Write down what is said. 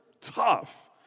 tough